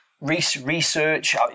research